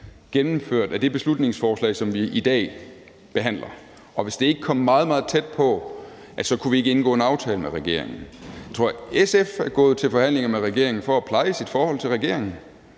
gennemført af det beslutningsforslag, som vi i dag behandler, og at hvis det ikke kom meget, meget tæt på, kunne vi ikke indgå en aftale med regeringen. Jeg tror, at SF er gået til forhandlinger med regeringen for at pleje sit forhold til regeringen.